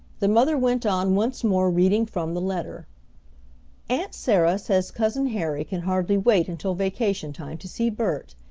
the mother went on once more reading from the letter aunt sarah says cousin harry can hardly wait until vacation time to see bert,